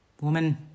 Woman